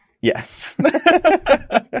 Yes